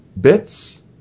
bits